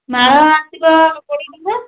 ମାଳ ଆସିବ କୋଡ଼ିଏ ଟଙ୍କା